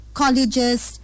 colleges